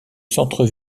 centre